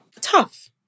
Tough